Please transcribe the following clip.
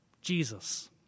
Jesus